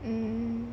mm